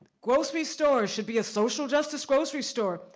grocery stores should be a social justice grocery store.